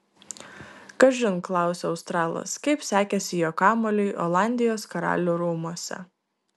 kažin klausia australas kaip sekėsi jo kamuoliui olandijos karalių rūmuose